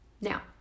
Now